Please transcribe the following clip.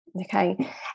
Okay